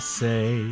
say